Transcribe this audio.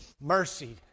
Mercy